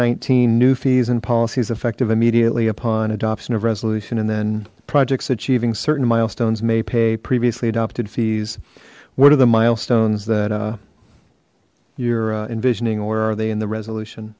nineteen new fees and policies effective immediately upon adoption of resolution and then projects achieving certain milestones may pay previously adopted fees what are the milestones that you're envisioning or are they in the resolution